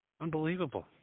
Unbelievable